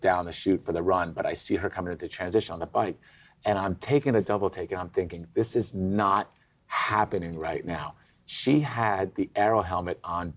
down the chute for the run but i see her come out of the transition on the bike and i'm taking a double take and i'm thinking this is not happening right now she had the aero helmet on